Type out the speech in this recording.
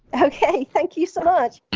okay. thank you so much.